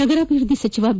ನಗರಾಭಿವೃದ್ದಿ ಸಚಿವ ಬಿ